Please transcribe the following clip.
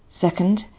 Second